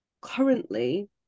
currently